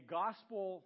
gospel